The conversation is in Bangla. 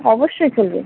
অবশ্যই চলবে